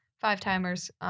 five-timers